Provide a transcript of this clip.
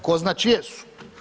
Tko zna čije su?